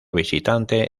visitante